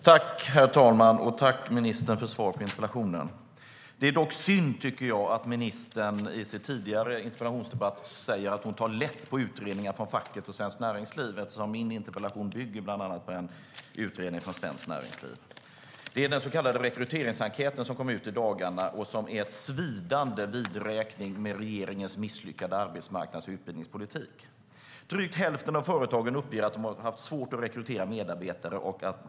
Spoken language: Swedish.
Herr talman! Jag tackar ministern för svaret på interpellationen. Det är dock synd, tycker jag, att ministern i en tidigare interpellationsdebatt sade att hon tar lätt på utredningar från facket och Svenskt Näringsliv, eftersom min interpellation bland annat bygger på en utredning från Svenskt Näringsliv. Det gälle den så kallade rekryteringsenkäten, som kom ut i dagarna och är en svidande vidräkning med regeringens misslyckade arbetsmarknads och utbildningspolitik. Drygt hälften av företagen uppger att de haft svårt att rekrytera medarbetare.